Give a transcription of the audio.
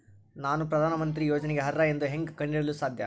ನಾನು ಪ್ರಧಾನ ಮಂತ್ರಿ ಯೋಜನೆಗೆ ಅರ್ಹ ಎಂದು ಹೆಂಗ್ ಕಂಡ ಹಿಡಿಯಲು ಸಾಧ್ಯ?